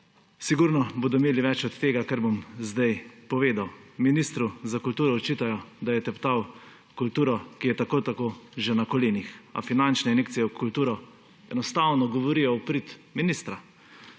Sigurno bodo imeli več od tega, kar bom zdaj povedal. Ministru za kulturo očitajo, da je teptal kulturo, ki je tako ali tako že na kolenih, a finančne injekcije v kulturo enostavno govorijo v prid ministra.